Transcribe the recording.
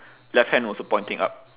left hand also pointing up